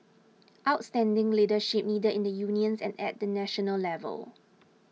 outstanding leadership needed in the unions and at the national level